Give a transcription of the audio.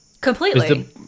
Completely